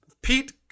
Pete